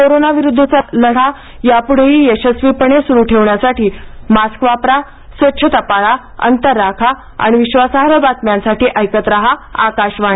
कोरोनाविरुद्धचा लढा यापुढेही यशस्वीपणे सुरू ठेवण्यासाठी मास्क वापरा स्वच्छता पाळा अंतर राखा आणि विश्वासार्ह बातम्यांसाठी ऐकत राहा आकाशवाणी